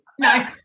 No